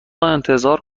انتظار